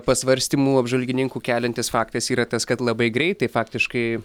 pasvarstymų apžvalgininkų keliantis faktas yra tas kad labai greitai faktiškai